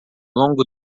longo